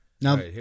Now